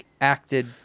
acted